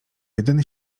jedyny